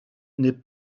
n’est